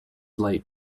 late